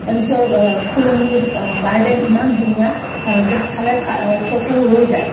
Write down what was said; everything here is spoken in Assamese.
এইমছ্ৰ ফুলনি গাৰ্ডেন ইমান ধুনীয়া য'ত চালে আ চকু ৰৈ যায়